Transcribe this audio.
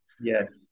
Yes